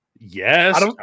Yes